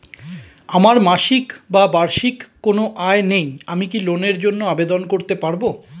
আমার মাসিক বা বার্ষিক কোন আয় নেই আমি কি লোনের জন্য আবেদন করতে পারব?